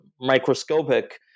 microscopic